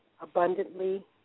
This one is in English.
abundantly